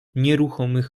nieruchomych